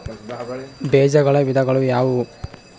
ಬೇಜಗಳ ವಿಧಗಳು ಯಾವುವು?